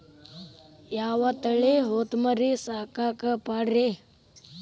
ಯಾವ ತಳಿ ಹೊತಮರಿ ಸಾಕಾಕ ಪಾಡ್ರೇ?